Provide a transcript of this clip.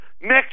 next